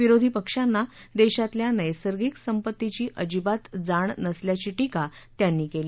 विरोधी पक्षांना देशातल्या नैसर्गिक संपत्तीची अजिबात जाण नसल्याची टीका त्यांनी केली